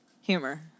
humor